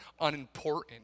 unimportant